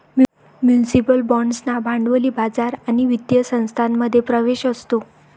municipal बाँड्सना भांडवली बाजार आणि वित्तीय संस्थांमध्ये प्रवेश असतो